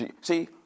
See